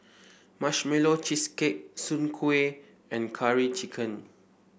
Marshmallow Cheesecake Soon Kueh and Curry Chicken